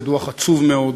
הוא דוח עצוב מאוד,